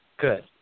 Good